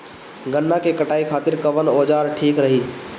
गन्ना के कटाई खातिर कवन औजार ठीक रही?